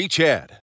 Chad